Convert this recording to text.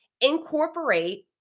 incorporate